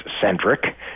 centric